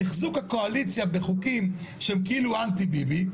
תחזוק הקואליציה בחוקים שהם כאילו אנטי ביבי,